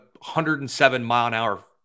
107-mile-an-hour